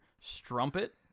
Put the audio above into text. Strumpet